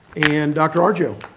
and dr. arjo.